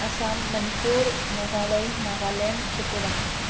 Assam Manipur Meghalaya Nagaland Tripura